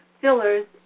Fillers